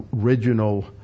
original